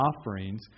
offerings